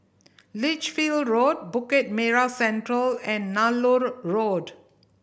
Lichfield Road Bukit Merah Central and Nallur Road